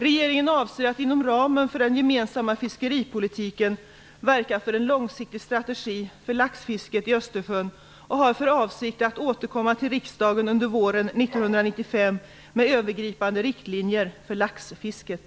Regeringen avser att inom ramen för den gemensamma fiskeripolitiken verka för en långsiktig strategi för laxfisket i Östersjön och har för avsikt att återkomma till riksdagen under våren 1995 med övergripande riktlinjer för laxfisket.